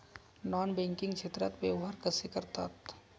Non banking क्षेत्रात व्यवहार कसे करतात?